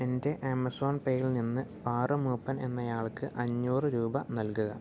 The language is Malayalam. എൻ്റെ ആമസോൺ പേ യിൽ നിന്ന് പാറു മൂപ്പൻ എന്നയാൾക്ക് അഞ്ഞൂറ് രൂപ നൽകുക